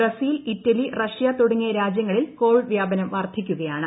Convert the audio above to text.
Brazil Italy Russia തുടങ്ങിയ രാജ്യങ്ങളിൽ Covid വ്യാപനം വർദ്ധിക്കുകയാണ്